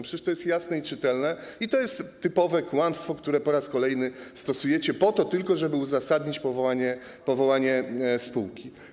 Przecież to jest jasne i czytelne, to jest typowe kłamstwo, które po raz kolejny stosujecie po to tylko, żeby uzasadnić powołanie spółki.